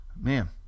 Man